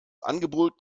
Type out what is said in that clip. angebot